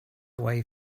away